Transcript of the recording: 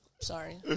Sorry